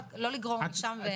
לא לגרור לשם.